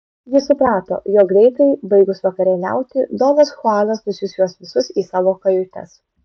jis suprato jog greitai baigus vakarieniauti donas chuanas nusiųs juos visus į savo kajutes